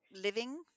living